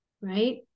right